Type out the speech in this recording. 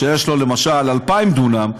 שיש לו למשל 2,000 דונם,